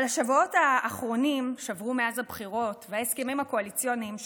אבל השבועות האחרונים שעברו מאז הבחירות וההסכמים הקואליציוניים שסוכמו,